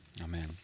amen